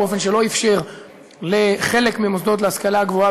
באופן שלא אפשר לחלק מהמוסדות להשכלה הגבוהה